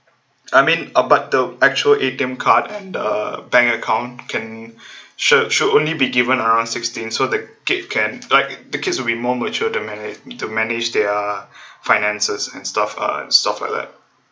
I mean uh but the actual A_T_M card and uh bank account can should should only be given around sixteen so the kids can like the kids will be more mature to manage to manage their finances and stuff uh stuff like that